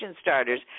starters